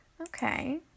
Okay